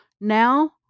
Now